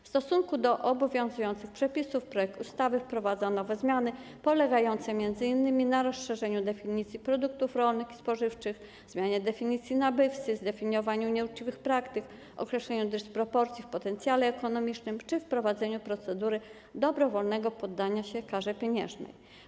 W stosunku do obowiązujących przepisów projekt ustawy wprowadza nowe zmiany polegające m.in. na rozszerzeniu definicji produktów rolnych i spożywczych, zmianie definicji nabywcy, zdefiniowaniu nieuczciwych praktyk, określeniu dysproporcji w potencjale ekonomicznym czy wprowadzeniu procedury dobrowolnego poddania się karze pieniężnej.